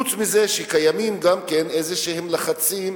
חוץ מזה שקיימים גם איזשהם לחצים